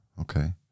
Okay